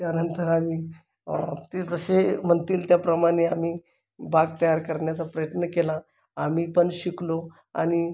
त्यानंतर आम्ही ते जसे म्हणतील त्याप्रमाणे आम्ही बाग तयार करण्याचा प्रयत्न केला आम्ही पण शिकलो आणि